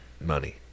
Money